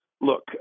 look